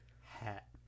hat